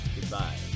Goodbye